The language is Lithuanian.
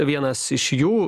vienas iš jų